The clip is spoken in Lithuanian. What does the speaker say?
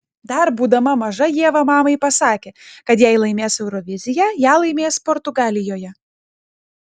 dar būdama maža ieva mamai pasakė kad jei laimės euroviziją ją laimės portugalijoje